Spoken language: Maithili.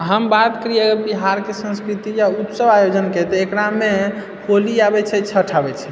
हम बात करिऐ बिहारके संस्कृति या उत्सव आयोजनके तऽ एकरामे होली आबैत छै छठ आबैत छै